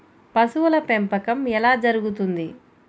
పశువుల పెంపకం ఎలా జరుగుతుంది?